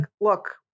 look